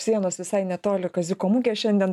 sienos visai netoli kaziuko mugė šiandien